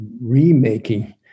remaking